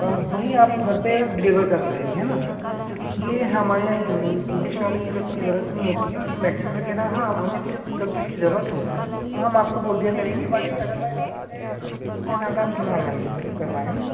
तो हम वही आप घर पर डिलेवर कर पाइए है ना क्योंकि यह हमारे यहाँ यह इंग्लिश वाले यह सब की ज़रूरत नहीं होती और यह मैग्जीन वग़ैरह हाँ हमें भी जब कभी इसकी ज़रूरत हो तो हम आपको बोल दिया करेंगे बाक़ी अदरवाईज़ आप इसे उनके साथ आप ना ल करवाएँ है ना